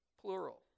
plural